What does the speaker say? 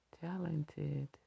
talented